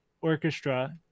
orchestra